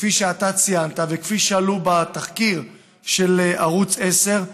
כפי שציינת וכפי שעלו בתחקיר של ערוץ 10,